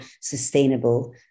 sustainable